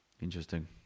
Interesting